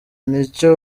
nicyo